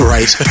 Right